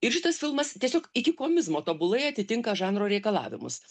ir šitas filmas tiesiog iki komizmo tobulai atitinka žanro reikalavimus